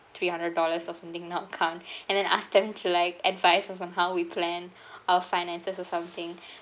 three hundred dollars or something in our account and then ask them to like advices on how we plan our finances or something